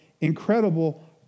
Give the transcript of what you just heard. incredible